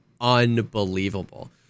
unbelievable